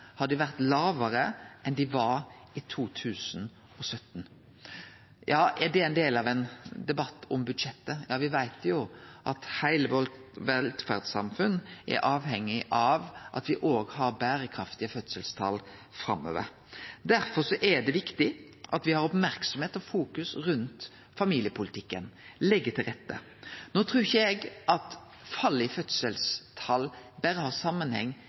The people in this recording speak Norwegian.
har dei vore lågare enn dei var i 2017. Er det ein del av ein debatt om budsjettet? Ja, me veit jo at heile velferdssamfunnet vårt er avhengig av at me har berekraftige fødselstal framover. Derfor er det viktig at me har merksemd og fokus rundt familiepolitikken, legg til rette. No trur ikkje eg at fallet i fødselstal berre har samanheng